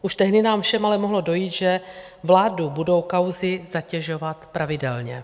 Už tehdy nám všem ale mohlo dojít, že vládu budou kauzy zatěžovat pravidelně.